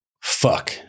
fuck